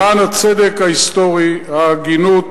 למען הצדק ההיסטורי, ההגינות,